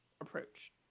approach